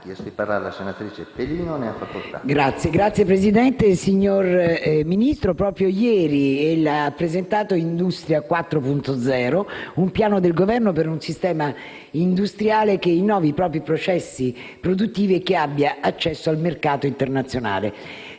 Signor Presidente, signor Ministro, proprio ieri ella ha presentato Industria 4.0, un piano del Governo per un sistema industriale che innovi i propri processi produttivi e abbia accesso al mercato internazionale.